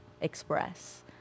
express